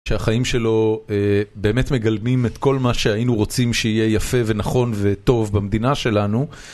שהחיים שלו באמת מגלמים את כל מה שהיינו רוצים שיהיה יפה ונכון וטוב במדינה שלנו.